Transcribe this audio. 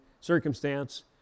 circumstance